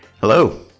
Hello